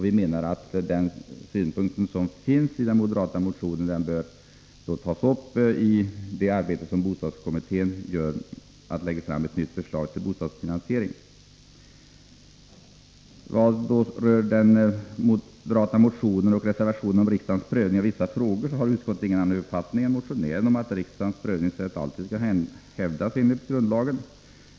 Vi menar att bostadskommittén bör diskutera det moderaterna tar upp i sin motion och lägga fram ett nytt förslag till bostadsfinansiering. Vad beträffar den moderata motionen och reservationen om riksdagens prövning av vissa frågor, har utskottet ingen annan uppfattning än motionären om att riksdagens prövningsrätt enligt grundlagen alltid skall hävdas.